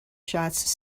shots